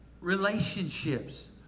relationships